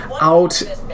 out